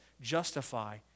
justify